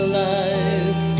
life